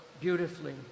beautifully